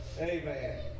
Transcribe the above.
Amen